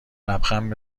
لبخند